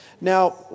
Now